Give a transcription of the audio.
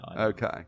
Okay